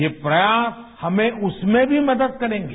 ये प्रयास हमें उसमें भी मदद करेंगे